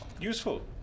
useful